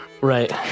right